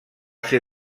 ser